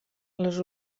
les